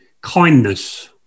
Kindness